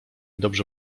dobrze